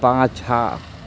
पाँछा